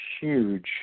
huge